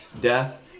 death